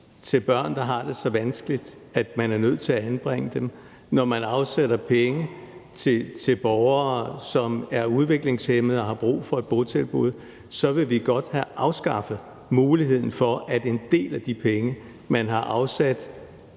til børn, der har det så vanskeligt, at man er nødt til at anbringe dem; når man afsætter penge til borgere, som er udviklingshæmmede og har brug for et botilbud, så vil vi godt have afskaffet muligheden for, at en del af de penge, man har